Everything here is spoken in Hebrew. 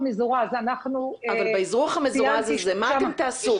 אבל באזרוח המזורז הזה מה אתם תעשו?